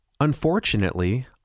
Unfortunately